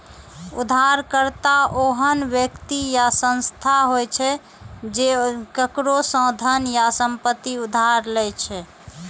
उधारकर्ता ओहन व्यक्ति या संस्था होइ छै, जे केकरो सं धन या संपत्ति उधार लै छै